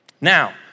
Now